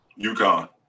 UConn